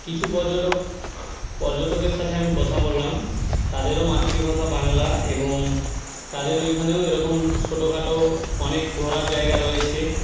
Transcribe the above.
কিছু পর্যটক পর্যটকের সাথে আমি কথা বললাম তাদেরও মাতৃভাষা বাংলা এবং তাদেরও ওইখানেও এরকম ছোটোখাটো অনেক ঘোরার জায়গা রয়েছে